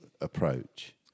approach